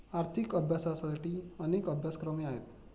आर्थिक अभ्यासासाठीही अनेक अभ्यासक्रम आहेत